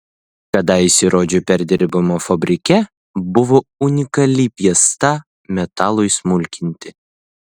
kadaise rodžio perdirbimo fabrike buvo unikali piesta metalui smulkinti